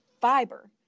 fiber